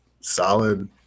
solid